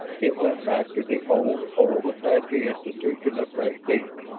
it went back to the old, old apache institution of prestige.